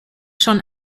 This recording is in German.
schon